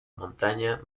montaña